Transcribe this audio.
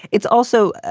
it's also,